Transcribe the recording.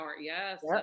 yes